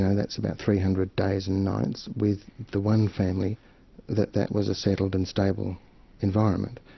that's about three hundred days and nights, with the one family that that was a settled and stable environment.